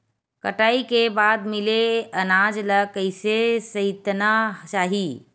कटाई के बाद मिले अनाज ला कइसे संइतना चाही?